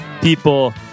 people